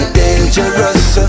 dangerous